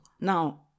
Now